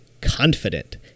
Confident